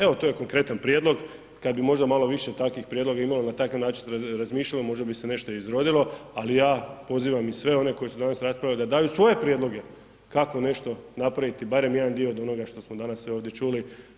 Evo, to je konkretan prijedlog, kad bi možda malo više takvih prijedloga imali na takav način razmišljali, možda bi se nešto i izrodilo, ali ja pozivam i sve one koji su danas raspravljali da daju svoje prijedloge kako nešto napraviti, barem jedan dio od onoga što smo danas sve ovdje čuli.